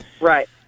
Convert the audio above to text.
Right